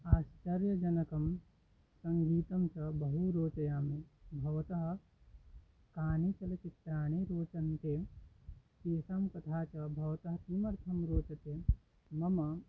आश्चर्यजनकं सङ्गीतं च बहु रोचयामि भवतः कानि चलचित्राणि रोचन्ते तेषां कथा च भवतः किमर्थं रोचते मम